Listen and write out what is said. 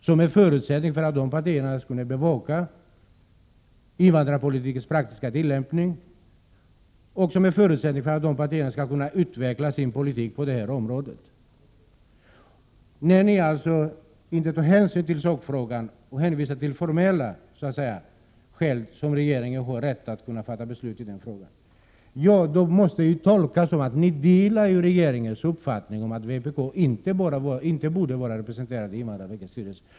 Det är en förutsättning för att alla partier skall kunna bevaka invandrarpolitikens praktiska tillämpning och för att de skall kunna utveckla sin politik på det här området. När ni alltså inte tar hänsyn till sakfrågan utan hänvisar till formella skäl, t.ex. till att regeringen har rätt att fatta beslut i den här frågan, då måste det tolkas på det sättet att ni delar regeringens uppfattning att vpk inte borde vara representerat i invandrarverkets styrelse.